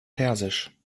persisch